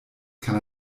kann